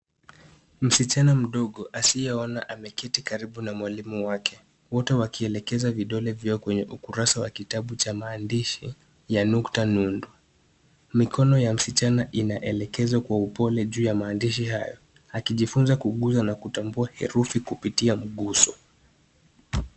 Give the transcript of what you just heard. Msichana mdogo asiyeona ameketi karibu na mwalimu wake, wote wakielekeza vidole vyao kwenye ukurasa wa kitabu cha maandishi ya nukta nundu. Mikono ya msichana inaelekezwa kwa upole juu ya maandishi hayo akijifunza kugusa na kutambua herufi kupitia mguso.